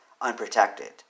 unprotected